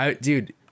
Dude